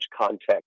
context